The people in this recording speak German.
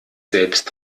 selbst